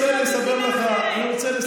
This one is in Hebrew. כמה חבל.